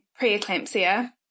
preeclampsia